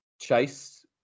Chase